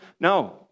No